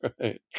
right